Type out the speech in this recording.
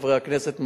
חברי הכנסת,